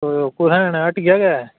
ओह् कुत्थै न हट्टियै गै